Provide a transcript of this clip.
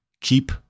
keep